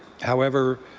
however,